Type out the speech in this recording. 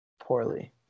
Poorly